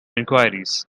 enquiries